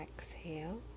Exhale